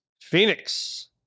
Phoenix